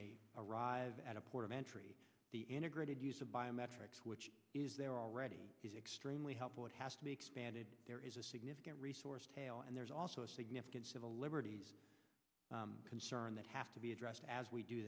they arrive at a port of entry the integrated use of biometrics which is there already is extremely helpful it has to be expanded there is a significant resource tale and there's also a significant civil liberties concern that have to be addressed as we do